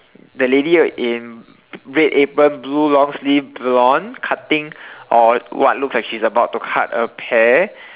the lady in red apron blue long sleeves blonde cutting or what looks like she's about to cut a pear